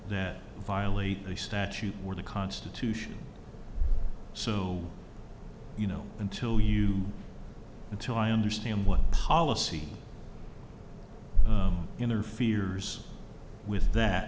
that violate the statute or the constitution so you know until you until i understand what policy interferes with that